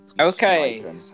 Okay